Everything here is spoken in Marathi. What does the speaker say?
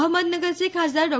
अहमदनगरचे खासदार डॉ